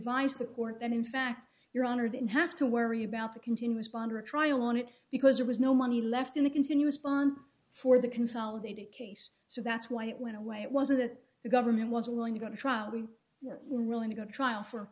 the court that in fact your honor didn't have to worry about the continuous bond or a trial on it because there was no money left in a continuous bond for the consolidated case so that's why it went away it wasn't that the government was willing to go to trial we were ruling to go to trial for